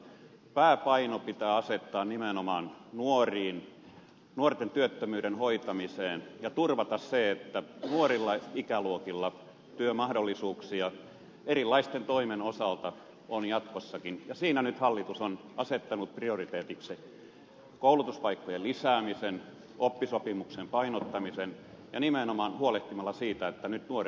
pääpaino pitää asettaa nimenomaan nuoriin nuorten työttömyyden hoitamiseen ja turvata se että nuorilla ikäluokilla työmahdollisuuksia erilaisten toimien osalta on jatkossakin ja siinä nyt hallitus on asettanut prioriteetiksi koulutuspaikkojen lisäämisen oppisopimuksen painottamisen ja nimenomaan siitä huolehtimisen että nyt nuoret eivät putoa